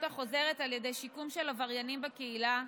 החוזרת על ידי שיקום של עבריינים בקהילה,